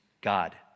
God